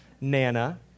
Nana